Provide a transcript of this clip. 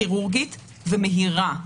כירורגית ומהירה.